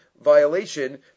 violation